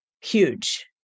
huge